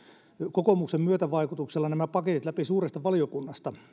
kokoomuksen myötävaikutuksella nämä paketit läpi suuresta valiokunnasta